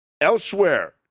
Elsewhere